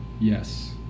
yes